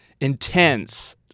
intense